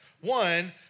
One